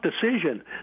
decision